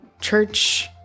church